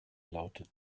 lautet